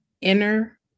inner